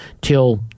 till